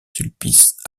sulpice